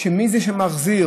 ומי זה שמחזיר?